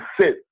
sit